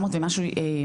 700 ומשהו.